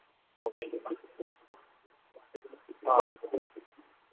okay ꯑ